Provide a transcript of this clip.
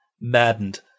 maddened